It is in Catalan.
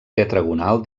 tetragonal